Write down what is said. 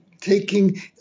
taking